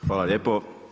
Hvala lijepo.